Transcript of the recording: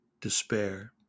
despair